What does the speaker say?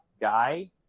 guy